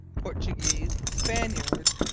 portuguese, spaniards,